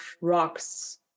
rocks